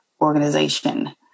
organization